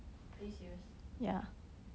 are you serious